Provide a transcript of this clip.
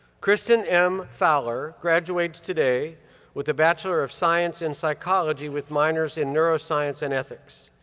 kristen m. fowler graduates today with a bachelor of science in psychology with minors in neuroscience and ethics.